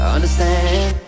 Understand